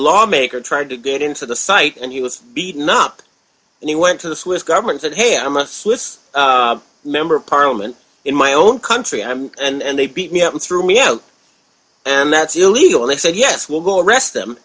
lawmaker tried to get into the site and he was beaten up and he went to the swiss government that hey i'm a swiss member of parliament in my own country and they beat me up and threw me out and that's illegal it said yes we'll go arrest them